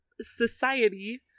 society